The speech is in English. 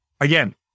Again